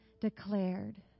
declared